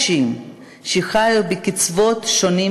משמח להיווכח ששנת 2015 הייתה שנת